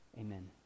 Amen